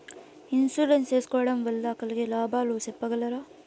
Insurance సేసుకోవడం వల్ల కలిగే లాభాలు సెప్పగలరా?